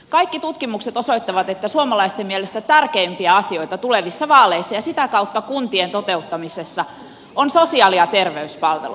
kaikki tutkimukset osoittavat että suomalaisten mielestä tärkeimpiä asioita tulevissa vaaleissa ja sitä kautta kuntien toteuttamisessa ovat sosiaali ja terveyspalvelut